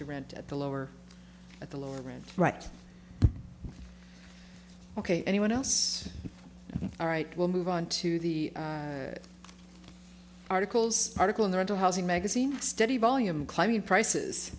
to rent at the lower at the lower rent right ok anyone else all right we'll move on to the articles article in the rental housing magazine study volume climbing prices